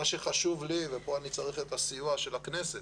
מה שחשוב לי, וכאן אני צריך את הסיוע של הכנסת,